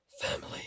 family